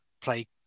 play